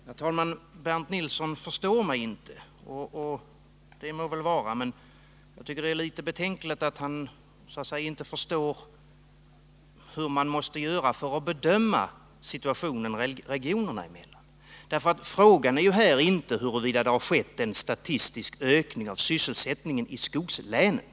Herr talman! Bernt Nilsson förstår mig inte — och det må så vara — men jag tycker det är litet betänkligt att han inte förstår hur man måste göra för att kunna bedöma situationen regionerna emellan. Frågan här är ju inte huruvida det har skett en statistisk ökning av sysselsättningen i skogslänen.